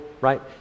right